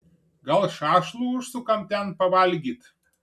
gal šašlų užsukam ten pavalgyt